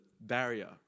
barrier